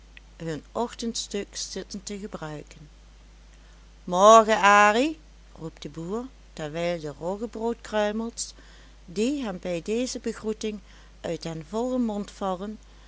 hun ochtendstuk zitten te gebruiken morgen arie roept de boer terwijl de roggebroodskruimels die hem bij deze begroeting uit den vollen mond vallen